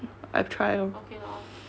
mm I try lor